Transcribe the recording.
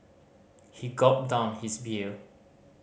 he gulped down his beer